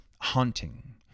haunting